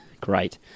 Great